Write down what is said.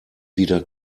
wieder